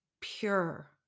pure